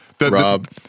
Rob